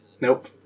nope